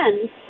end